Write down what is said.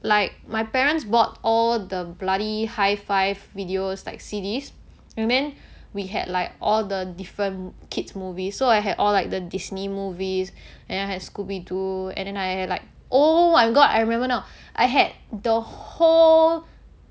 like my parents bought all the bloody high five videos like C_Ds and then we had like all the different kids movies so I had all like the disney movies and I had scooby doo and then I had like oh my god I remember now I had the whole